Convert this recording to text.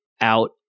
out